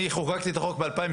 אני חוקקתי את החוק ב-2012.